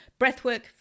Breathwork